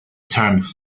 terms